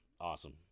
awesome